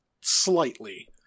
slightly